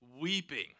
weeping